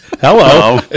Hello